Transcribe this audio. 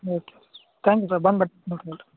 okay thank you sir ಬಂದು